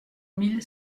mille